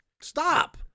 Stop